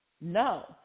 no